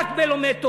רק בלומד תורה.